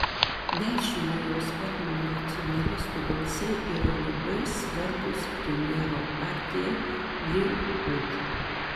dešiniojo sparno nacionalistų balsai yra labai svarbūs premjero partijai likud